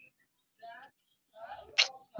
पहाड़ी खेती स बेसी किसानक भेड़ीर पर निर्भर रहबा हछेक